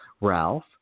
Ralph